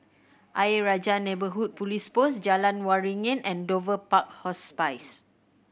Ayer Rajah Neighbourhood Police Post Jalan Waringin and Dover Park Hospice